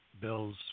Bill's